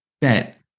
bet